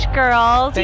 girls